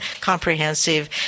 comprehensive